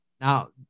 now